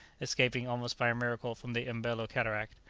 escaping almost by a miracle from the mbelo cataract.